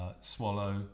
swallow